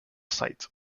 sight